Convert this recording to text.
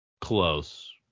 close